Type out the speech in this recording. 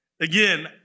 Again